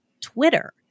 Twitter